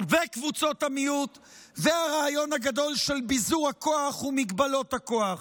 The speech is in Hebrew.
וקבוצות המיעוט והרעיון הגדול של ביזור הכוח ומגבלות הכוח.